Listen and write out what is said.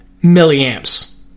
milliamps